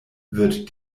wird